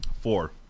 Four